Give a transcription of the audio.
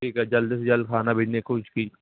ٹھیک ہے جلدی سے جلد کھانا بھیجنے کی کوشش کیجیے